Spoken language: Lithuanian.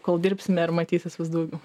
kol dirbsime ir matysis vis daugiau